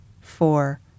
four